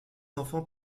enfants